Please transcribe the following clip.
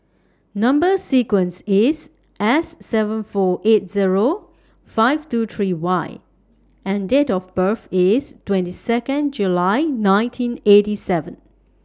Number sequence IS S seven four eight Zero five two three Y and Date of birth IS twenty Second July nineteen eighty seven